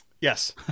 Yes